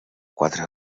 quatre